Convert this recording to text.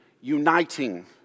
uniting